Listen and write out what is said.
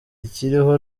ikiriho